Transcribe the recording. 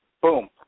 boom